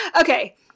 Okay